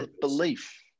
belief